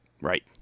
Right